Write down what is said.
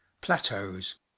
plateaus